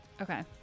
okay